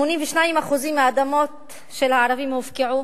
82% מהאדמות של הערבים הופקעו.